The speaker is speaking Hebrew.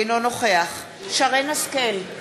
אינו נוכח שרן השכל,